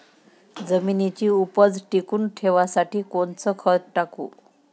जमिनीची उपज टिकून ठेवासाठी कोनचं खत टाकू?